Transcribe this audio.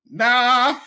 nah